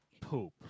Poop